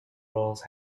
roles